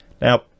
Now